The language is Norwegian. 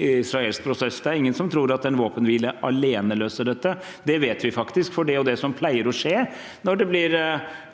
israelsk prosess. Det er ingen som tror at en våpenhvile alene løser dette. Det vet vi faktisk, for det er jo det som pleier å skje – når det blir